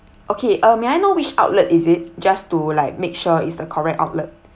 okay uh may I know which outlet is it just to like make sure is the correct outlet